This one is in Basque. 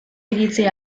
iritzi